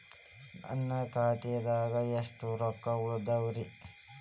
ನನ್ನ ಖಾತೆದಾಗ ಎಷ್ಟ ರೊಕ್ಕಾ ಉಳದಾವ್ರಿ?